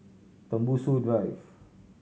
Tembusu Drive